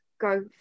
go